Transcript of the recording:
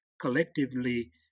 collectively